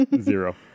Zero